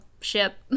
ship